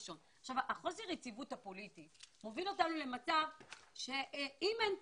חוסר היציבות הפוליטית מובילה אותנו למצב שאם אין תקציב,